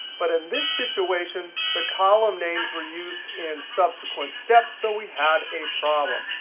but in this situation, the column names were used in subsequent steps, so we had a problem.